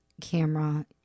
camera